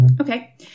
Okay